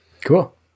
Cool